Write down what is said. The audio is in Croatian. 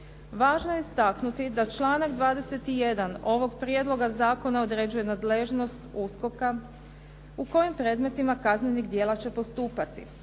Važno je istaknuti da članak 21. ovog prijedloga zakona određuje nadležnost USKOK-a u kojim predmetima kaznenih djela će postupati.